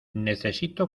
necesito